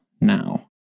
now